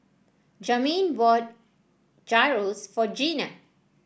Jamin bought Gyros for Gina